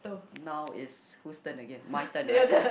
now it's who's turn again my turn right